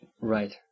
Right